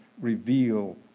reveal